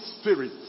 Spirit